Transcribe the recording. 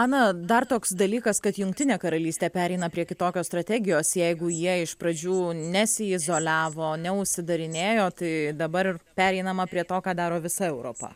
ana dar toks dalykas kad jungtinė karalystė pereina prie kitokios strategijos jeigu jie iš pradžių nesiizoliavo neužsidarinėjo tai dabar ir pereinama prie to ką daro visa europa